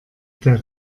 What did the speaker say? der